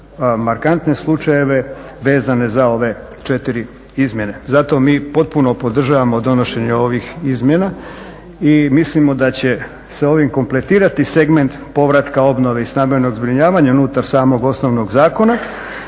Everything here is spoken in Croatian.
markantne slučajeve vezane za ove 4 izmjene. Zato mi potpuno podržavamo donošenje ovih izmjena i mislimo da će se ovim kompletirati segment povratka obnove i stambenog zbrinjavanja unutar samog osnovnog zakona